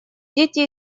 дети